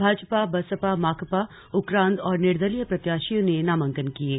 भाजपा बसपा माकपा उक्रांद और निर्दलीय प्रत्याशियों ने नामांकन किये